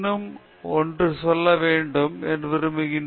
பிரசன்னா நான் இன்னும் ஒன்று சொல்ல வேண்டும் என்று விரும்புகிறேன்